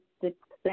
success